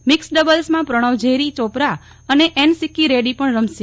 mixed ડબલ્સમાં પ્રણવ જેરી ચોપરા અને N Sikki Reddy પણ રમશે